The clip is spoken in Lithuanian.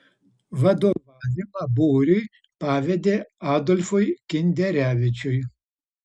vadovavimą būriui pavedė adolfui kinderevičiui